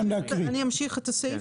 14לא אושר.